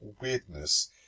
weirdness